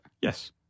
Yes